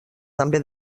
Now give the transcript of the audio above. també